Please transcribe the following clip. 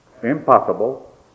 impossible